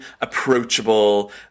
approachable